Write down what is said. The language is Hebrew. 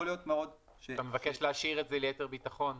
אתה מבקש להשאיר את זה ליתר ביטחון.